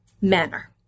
manner